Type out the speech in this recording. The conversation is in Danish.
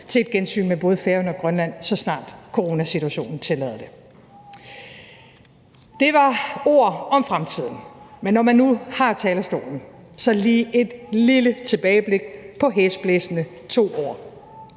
til et gensyn med både Færøerne og Grønland, så snart coronasituationen tillader det. Det var ord om fremtiden, men når jeg nu har talerstolen, vil jeg lige tage et lille tilbageblik på hæsblæsende 2 år.